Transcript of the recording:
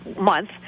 month